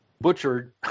butchered